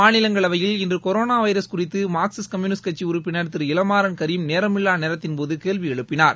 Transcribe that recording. மாநிலங்களவையில் இன்று corona virus குறித்து மார்க்சிஸ்ட் கம்யூனிஸ்ட் கட்சி உறப்பினர் திரு இளமாறன் கரீம் நேரமில்லா நேரத்தின் போது கேள்வி எழுப்பினார்